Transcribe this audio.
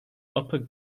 upper